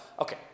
okay